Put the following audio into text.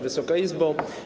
Wysoka Izbo!